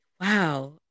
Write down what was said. wow